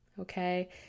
Okay